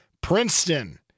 Princeton